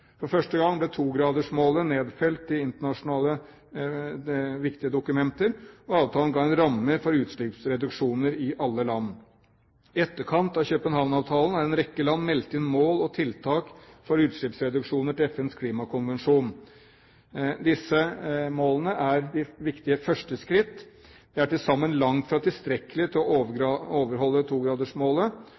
For første gang ble togradersmålet nedfelt i internasjonale, viktige dokumenter, og avtalen ga en ramme for utslippsreduksjoner i alle land. I etterkant av København-avtalen har en rekke land meldt inn mål og tiltak for utslippsreduksjoner til FNs klimakonvensjon. Disse målene er viktige førsteskritt. De er til sammen langt fra tilstrekkelige til å overholde togradersmålet.